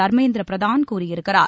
தர்மேந்திர பிரதான் கூறியிருக்கிறார்